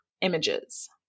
images